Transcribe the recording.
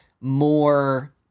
more